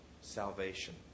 salvation